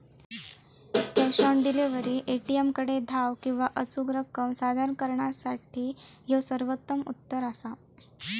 cash on delivery, ए.टी.एमकडे धाव किंवा अचूक रक्कम सादर करणा यासाठी ह्यो सर्वोत्तम उत्तर असा